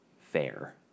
fair